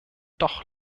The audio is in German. doch